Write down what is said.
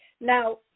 Now